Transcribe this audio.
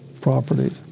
properties